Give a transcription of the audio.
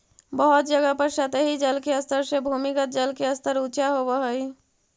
बहुत जगह पर सतही जल के स्तर से भूमिगत जल के स्तर ऊँचा होवऽ हई